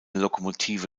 lokomotive